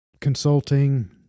consulting